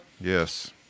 Yes